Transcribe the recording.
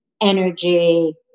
energy